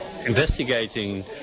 investigating